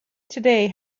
today